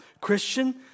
Christian